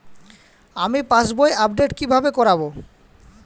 আমি পাসবই আপডেট কিভাবে করাব?